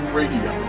radio